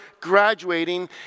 graduating